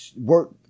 work